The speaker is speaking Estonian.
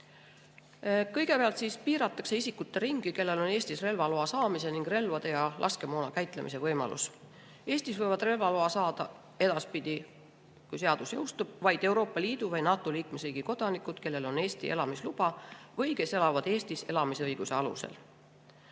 Kõigepealt piiratakse isikute ringi, kellel on Eestis relvaloa saamise ning relvade ja laskemoona käitlemise võimalus. Eestis võivad relvaloa saada edaspidi, kui seadus jõustub, vaid Euroopa Liidu või NATO liikmesriigi kodanikud, kellel on Eesti elamisluba või kes elavad Eestis elamisõiguse alusel.